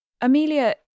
Amelia